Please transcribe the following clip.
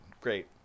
great